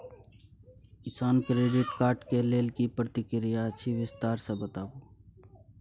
किसान credit card के लेल की प्रक्रिया अछि विस्तार से बताबू?